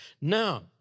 Now